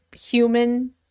human-